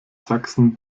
sachsen